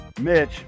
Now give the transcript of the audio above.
Mitch